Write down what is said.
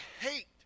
hate